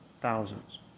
Thousands